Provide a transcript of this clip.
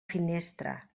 finestra